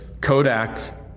kodak